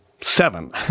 seven